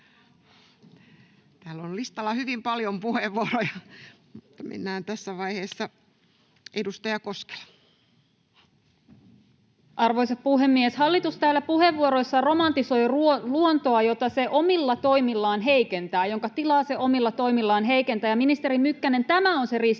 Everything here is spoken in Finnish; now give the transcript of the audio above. Täällä on listalla hyvin paljon puheenvuoroja, mutta mennään tässä vaiheessa... — Edustaja Koskela. Arvoisa puhemies! Hallitus täällä puheenvuoroissaan romantisoi luontoa, jota se omilla toimillaan heikentää, jonka tilaa se omilla toimillaan heikentää. Ministeri Mykkänen, tämä on se ristiriita,